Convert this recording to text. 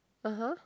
(uh huh)